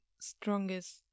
strongest